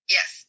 Yes